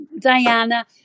Diana